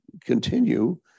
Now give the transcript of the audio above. continue